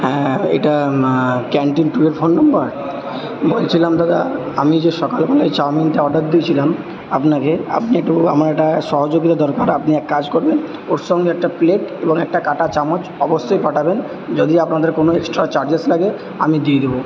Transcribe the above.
হ্যাঁ এটা ক্যান্টিন টুয়ের ফোন নাম্বার বলছিলাম দাদা আমি যে সকালবেলায় চাউমিনটা অর্ডার দিয়েছিলাম আপনাকে আপনি একটু আমার একটা সহযোগিতা দরকার আপনি এক কাজ করবেন ওর সঙ্গে একটা প্লেট এবং একটা কাঁটা চামচ অবশ্যই পাঠাবেন যদি আপনাদের কোনো এক্সট্রা চার্জেস লাগে আমি দিয়ে দেবো